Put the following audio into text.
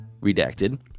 redacted